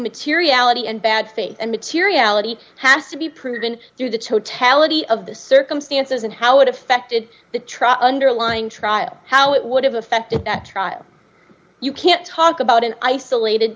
materiality and bad faith and materiality has to be proven through the totality of the circumstances and how it affected the trial underlying trial how it would have affected the trial you can't talk about an isolated